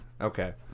Okay